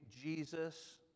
Jesus